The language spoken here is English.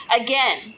Again